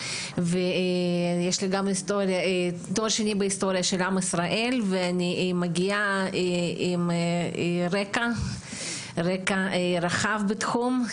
ויש לי גם תואר שני בהיסטוריה של עם ישראל ואני מגיעה עם רקע רחב בתחום.